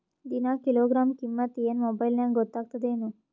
ದಿನಾ ಕಿಲೋಗ್ರಾಂ ಕಿಮ್ಮತ್ ಏನ್ ಮೊಬೈಲ್ ನ್ಯಾಗ ಗೊತ್ತಾಗತ್ತದೇನು?